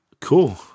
Cool